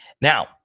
now